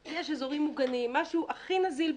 יש אזורים מוגנים, משהו הכי נזיל בעולם,